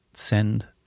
Send